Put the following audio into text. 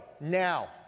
now